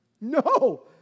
No